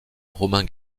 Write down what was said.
romain